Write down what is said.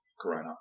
Corona